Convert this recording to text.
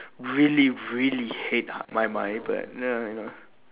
really really hate my mind but ya you know